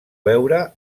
veure